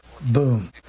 Boom